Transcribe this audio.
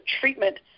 treatment